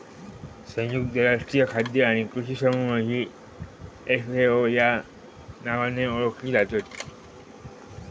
संयुक्त राष्ट्रीय खाद्य आणि कृषी समूह ही एफ.ए.ओ या नावाने ओळखली जातत